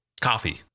Coffee